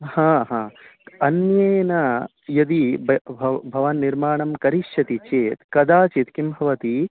हा हा अन्ये न यदि भ भव् भवननिर्माणं करिष्यति चेत् कदा चित् किं भवति